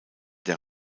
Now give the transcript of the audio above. der